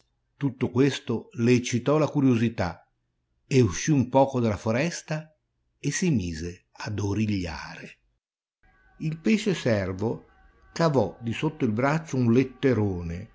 tutto questo le eccitò la curiosità e uscì un poco dalla foresta e si mise ad origliare il pesce servo cavò di sotto il braccio un letterone